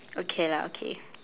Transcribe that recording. okay lah okay